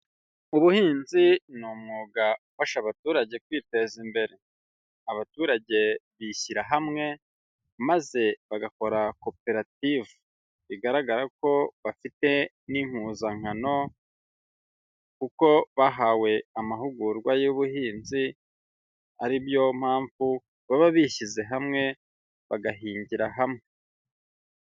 Ubuhinzi ni umwuga ufasha abaturage kwiteza imbere, abaturage bishyira hamwe maze bagakora koperative, bigaragara ko bafite n'impuzankano kuko bahawe amahugurwa y'ubuhinzi, ari byo mpamvu baba bishyize hamwe, bagahingira hamwe.